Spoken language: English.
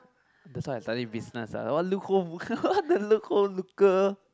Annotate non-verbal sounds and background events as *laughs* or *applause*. that's why I study business lah what look hole *laughs* what the look hole looker